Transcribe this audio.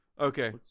Okay